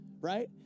right